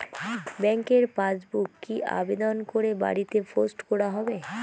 ব্যাংকের পাসবুক কি আবেদন করে বাড়িতে পোস্ট করা হবে?